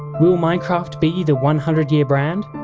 will minecraft be the one hundred year brand?